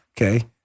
Okay